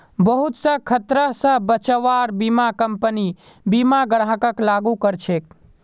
बहुत स खतरा स बचव्वार बीमा कम्पनी बीमा ग्राहकक लागू कर छेक